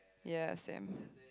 ya same